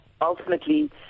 ultimately